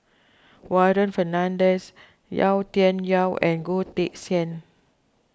Warren Fernandez Yau Tian Yau and Goh Teck Sian